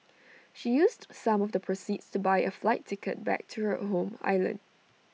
she used some of the proceeds to buy A flight ticket back to her home island